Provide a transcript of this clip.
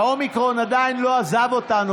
האומיקרון עדיין לא עזב אותנו.